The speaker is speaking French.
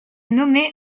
nommée